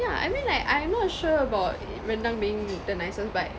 yeah I mean like I'm not sure about rendang being the nicest but